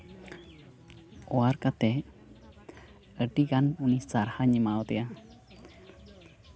ᱚᱣᱟᱨ ᱠᱟᱛᱮᱫ ᱟᱹᱰᱤ ᱜᱟᱱ ᱩᱱᱤ ᱥᱟᱨᱦᱟᱣᱤᱧ ᱮᱢᱟᱣᱟᱫᱮᱭᱟ